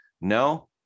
No